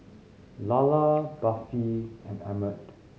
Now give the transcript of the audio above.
Lalla Buffy and Emmett